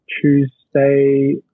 Tuesday